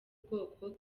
bwoko